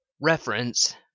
Reference